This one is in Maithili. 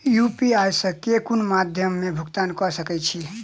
यु.पी.आई सऽ केँ कुन मध्यमे मे भुगतान कऽ सकय छी?